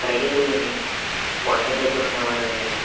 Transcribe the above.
ప్రజలు గానీ వంట దగ్గర ఉన్న వాళ్ళు గానీ